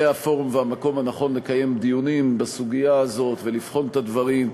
זה הפורום והמקום הנכון לקיים דיונים בסוגיה הזאת ולבחון את הדברים.